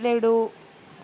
laddoo